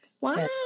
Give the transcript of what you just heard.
Wow